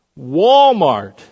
walmart